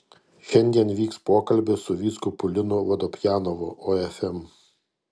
šiandien vyks pokalbis su vyskupu linu vodopjanovu ofm